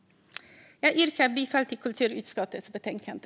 Jag yrkar bifall till förslaget i kulturutskottets betänkande.